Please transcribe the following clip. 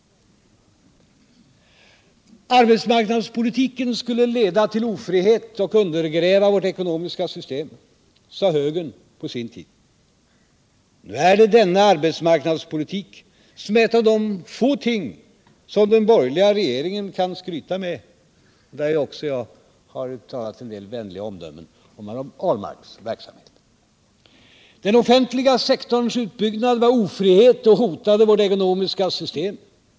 Arbetsmarknadspolitiken skulle leda till ofrihet och undergräva vårt ekonomiska system, sade högern på sin tid. Nu är denna arbetsmarknadspolitik ett av de få ting som den borgerliga regeringen kan skryta med. Där har också jag uttalat en del vänliga omdömen om herr Ahlmarks verksamhet. Den offentliga sektorns utbyggnad var ofrihet och hotade vårt ekonomiska system.